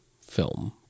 film